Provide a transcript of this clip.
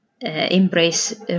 embrace